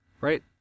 Right